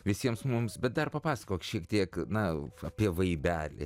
visiems mums bet dar papasakok šiek tiek na apie vaibelį